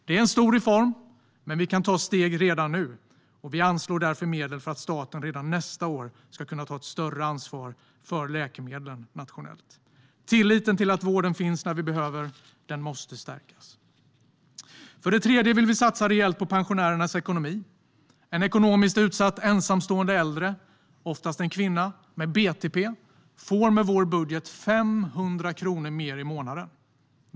Det är en stor reform, men vi kan ta steg redan nu. Vi anslår därför medel för att staten redan nästa år ska kunna ta ett större nationellt ansvar för läkemedlen. Tilliten till att vården finns när vi behöver den måste stärkas. För det tredje vill vi satsa rejält på pensionärernas ekonomi. En ekonomiskt utsatt ensamstående äldre person, oftast en kvinna, med BTP får med vår budget 500 kronor mer i månaden.